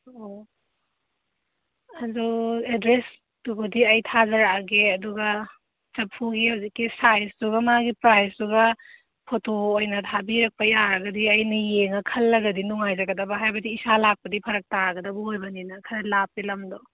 ꯑꯣ ꯑꯗꯨ ꯑꯦꯗ꯭ꯔꯦꯁꯇꯨꯕꯨꯗꯤ ꯑꯩ ꯊꯥꯖꯔꯛꯑꯒꯦ ꯑꯗꯨꯒ ꯆꯐꯨꯒꯤ ꯍꯧꯖꯤꯛꯀꯤ ꯁꯥꯏꯁꯇꯨꯒ ꯃꯥꯒꯤ ꯄ꯭ꯔꯥꯏꯁꯇꯨꯒ ꯐꯣꯇꯣ ꯑꯣꯏꯅ ꯊꯥꯕꯤꯔꯛꯄ ꯌꯥꯔꯒꯗꯤ ꯑꯩꯅ ꯌꯦꯡꯉ ꯈꯜꯂꯒꯗꯤ ꯅꯨꯡꯉꯥꯏꯒꯗꯕ ꯍꯥꯏꯕꯗꯤ ꯏꯁꯥ ꯂꯥꯛꯄꯗꯤ ꯐꯔꯛ ꯇꯥꯒꯗꯕ ꯑꯣꯏꯕꯅꯤꯅ ꯈꯔ ꯂꯥꯞꯄꯦ ꯂꯝꯗꯣ